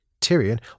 Tyrion